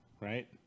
right